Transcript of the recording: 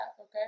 okay